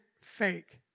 fake